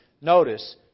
notice